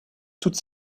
toutes